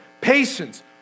patience